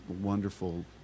wonderful